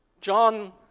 John